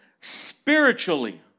spiritually